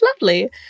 lovely